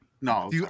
No